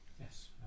Yes